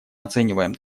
оцениваем